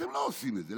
אתם לא עושים את זה.